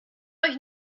euch